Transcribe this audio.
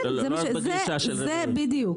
בדיוק.